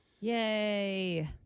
Yay